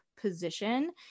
position